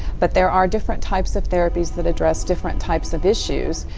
but there are different types of therapies that address different types of issues.